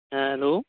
ᱦᱮᱸ ᱦᱮᱞᱳ